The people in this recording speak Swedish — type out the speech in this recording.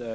detta.